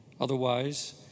Otherwise